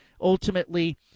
ultimately